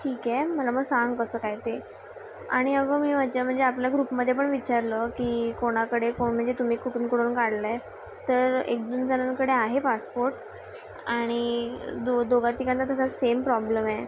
ठीक आहे मला मग सांग कसं काय ते आणि अगं मी मज्जा म्हणजे आपल्या ग्रुपमध्ये पण विचारलं की कोणाकडे कोण म्हणजे तुम्ही कुठून कुठून काढलंय तर एकदोन जणांकडे आहे पासपोर्ट आणि दो दोघातिघांना तसा सेम प्रॉब्लेम आहे